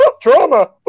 Drama